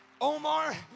Omar